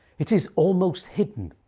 it is almost hidden.